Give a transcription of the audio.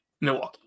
Milwaukee